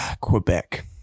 Quebec